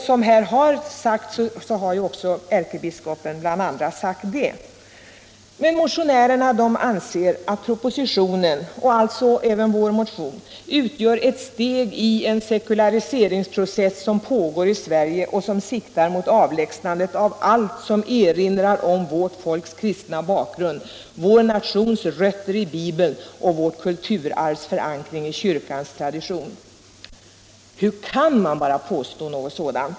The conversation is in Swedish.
Som här har påpekats har bl.a. ärkebiskopen tillstyrkt det. Men motionärerna anser att propositionen, och alltså även vår motion, utgör ”ett steg i en sekulariseringsprocess som pågått i Sverige en längre tid och siktar mot avlägsnandet av allt som erinrar om vårt folks kristna bakgrund, vår nations rötter i Bibeln, vårt kulturarvs förankring i kyrkans traditioner.” Hur kan man bara påstå något sådant?